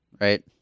right